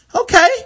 okay